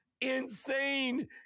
insane